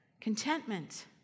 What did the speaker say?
contentment